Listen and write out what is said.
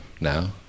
now